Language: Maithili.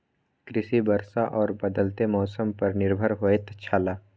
कृषि वर्षा और बदलेत मौसम पर निर्भर होयत छला